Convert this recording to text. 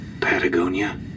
Patagonia